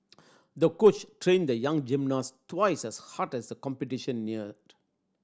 the coach trained the young gymnast twice as hard as the competition neared